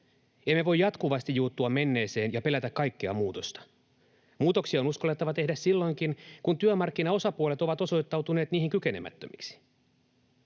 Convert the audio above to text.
Emme voi jatkuvasti juuttua menneeseen ja pelätä kaikkea muutosta. Muutoksia on uskallettava tehdä silloinkin, kun työmarkkinaosapuolet ovat osoittautuneet niihin kykenemättömiksi.